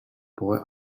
boy